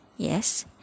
yes